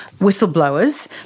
whistleblowers